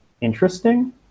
interesting